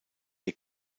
ihr